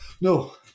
no